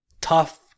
tough